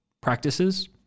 practices